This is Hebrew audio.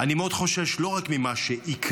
אני מאוד חושש לא רק ממה שיקרה,